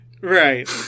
right